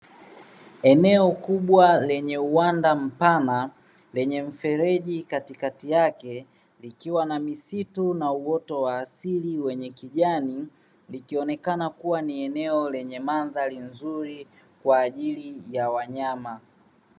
Eneo kubwa lenye uwanda mpana, lenye mfereji katikati yake ikiwa na misitu na uoto wa asili wenye kijani, ikionekana kuwa ni eneo lenye mandhari nzuri kwa ajili ya wanyama.